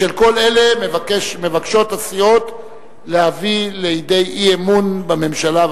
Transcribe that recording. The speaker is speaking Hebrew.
בשל כל אלה מבקשות הסיעות להביא לידי אי-אמון בממשלה.